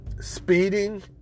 Speeding